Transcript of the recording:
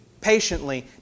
patiently